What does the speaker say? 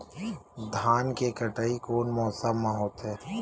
धान के कटाई कोन मौसम मा होथे?